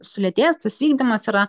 sulėtės tas vykdymas yra